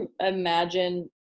imagine